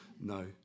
no